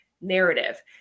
narrative